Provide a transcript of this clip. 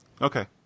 Okay